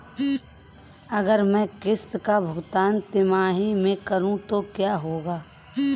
अगर मैं किश्त का भुगतान तिमाही में करूं तो क्या होगा?